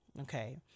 okay